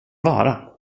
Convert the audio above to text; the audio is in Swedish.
vara